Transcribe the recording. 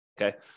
Okay